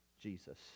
Jesus